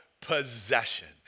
possession